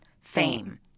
fame